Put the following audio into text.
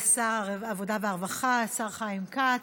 תודה רבה לשר העבודה והרווחה, השר חיים כץ.